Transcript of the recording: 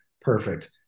perfect